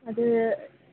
हजुर